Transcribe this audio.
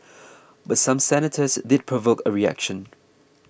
but some senators did provoke a reaction